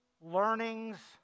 learnings